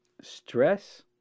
stress